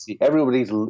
everybody's